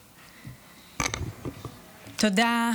תודה,